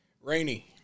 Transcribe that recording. Rainy